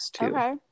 Okay